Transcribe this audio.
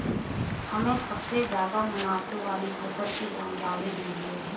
हमें सबसे ज़्यादा मुनाफे वाली फसल की जानकारी दीजिए